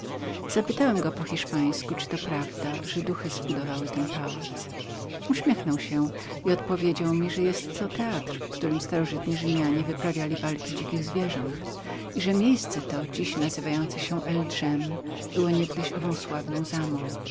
zapytałem go po hiszpańsku czyli to było prawdą że gienjusze zbudowały ten pałac uśmiechnął się i odpowiedział mi że był to teatr w którym starożytni rzymianie wyprawiali walki dzikich zwierząt i że miejsce to dziś nazywające się el dżem było niegdyś ową sławną zamą